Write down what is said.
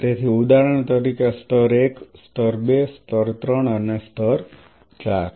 તેથી ઉદાહરણ તરીકે સ્તર 1 સ્તર 2 સ્તર 3 અને સ્તર 4